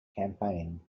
campaign